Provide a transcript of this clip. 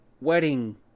wedding